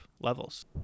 levels